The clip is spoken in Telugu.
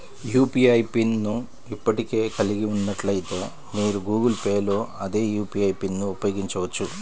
యూ.పీ.ఐ పిన్ ను ఇప్పటికే కలిగి ఉన్నట్లయితే, మీరు గూగుల్ పే లో అదే యూ.పీ.ఐ పిన్ను ఉపయోగించవచ్చు